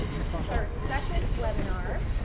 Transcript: this is our second webinar,